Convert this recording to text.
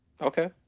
Okay